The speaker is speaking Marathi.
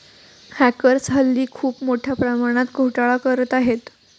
हॅकर्स हल्ली खूप मोठ्या प्रमाणात घोटाळा करत आहेत